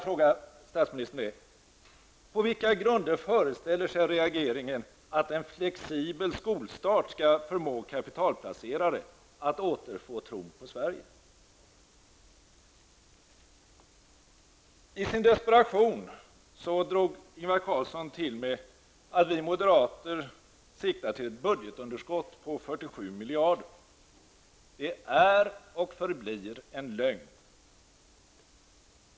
På vilka grunder föreställer sig regeringen att en flexibel skolstart skall få kapitalplacerare att återfå tron på Sverige? I sin desperation drog Ingvar Carlsson till med uttalandet att vi moderater siktar på ett budgetunderskott på 47 miljarder kronor. Detta är och förblir en lögn.